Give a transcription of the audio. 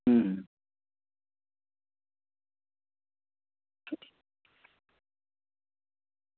હમ